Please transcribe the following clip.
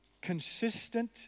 consistent